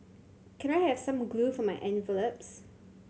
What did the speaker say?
can I have some glue for my envelopes